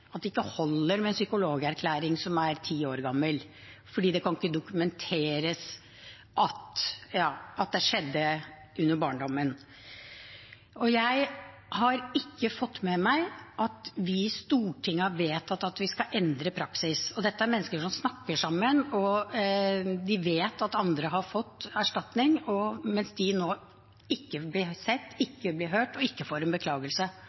at det ikke holder med en ti år gammel psykologerklæring fordi det ikke kan dokumenteres at det skjedde i barndommen. Jeg har ikke fått med meg at Stortinget har vedtatt at vi skal endre praksis. Dette er mennesker som snakker sammen, de vet at andre har fått erstatning, mens de nå ikke blir sett, ikke blir hørt og ikke får en beklagelse.